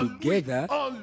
together